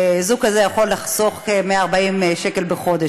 זוג כזה יכול לחסוך כ-140 שקל בחודש.